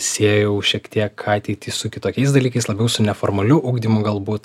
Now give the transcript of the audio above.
siejau šiek tiek ateitį su kitokiais dalykais labiau su neformaliu ugdymu galbūt